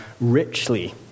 richly